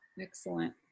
Excellent